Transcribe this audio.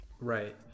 right